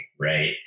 right